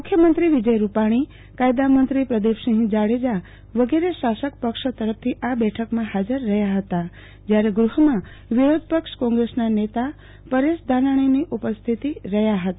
મુખ્યમંત્રી વિજય રૂપાણી કાયદા મંત્રી પ્રદીપસિંહ જાડેજા વગેરે શાસક પક્ષ તરફથી આ બેઠક માં ફાજર રહ્યા હતા જ્યારે ગૃહ માં વિરોધપક્ષ કોંગ્રેસ ના નેતા પરેશ ધાનાણી ઉપસ્થિત રહ્યા હતા